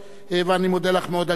ואני מודה לך מאוד על שאלתך.